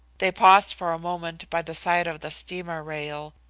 they paused for a moment by the side of the steamer rail.